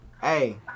Hey